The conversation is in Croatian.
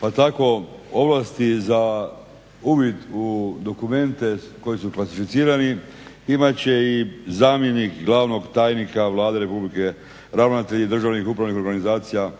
pa tako ovlasti za uvid u dokumente koji su klasificirani imat će i zamjenik Glavnog tajnika Vlade RH, ravnatelji državnih upravnih organizacija,